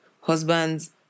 husband's